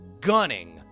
gunning